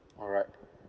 alright